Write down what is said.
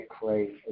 clay